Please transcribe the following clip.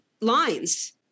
lines